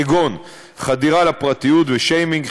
כגון חדירה לפרטיות ושיימינג.